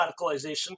radicalization